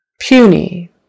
Puny